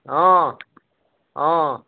অঁ অঁ